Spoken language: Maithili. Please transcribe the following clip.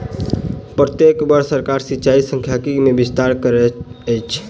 प्रत्येक वर्ष सरकार सिचाई सांख्यिकी मे विस्तार करैत अछि